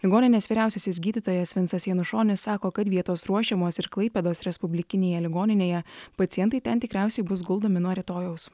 ligoninės vyriausiasis gydytojas vincas janušonis sako kad vietos ruošiamos ir klaipėdos respublikinėje ligoninėje pacientai ten tikriausiai bus guldomi nuo rytojaus